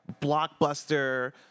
blockbuster